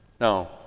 Now